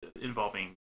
involving